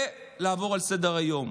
ולעבור לסדר-היום,